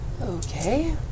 okay